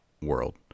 world